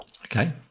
okay